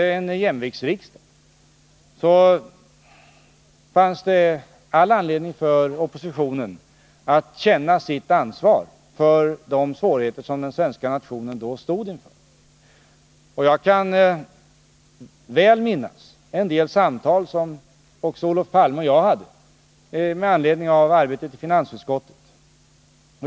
Under jämviktsriksdagen fanns det all anledning för oppositionen att känna sitt ansvar för de svårigheter som den svenska nationen då stod inför. Jag kan minnas väl en del samtal som också Olof Palme och jag hade med anledning av arbetet i finansutskottet.